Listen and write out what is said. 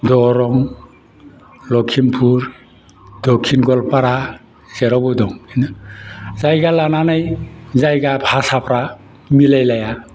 दरं लकिमपुर दक्षिन गवालपार जेरावबो दं जायगा लानानै जायगा भासाफ्रा मिलायलाया